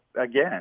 again